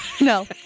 No